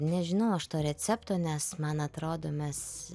nežinau aš to recepto nes man atrodo mes